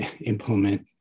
implement